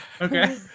Okay